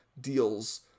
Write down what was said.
deals